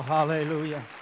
Hallelujah